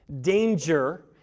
danger